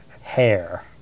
hair